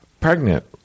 pregnant